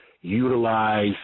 Utilize